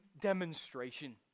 demonstration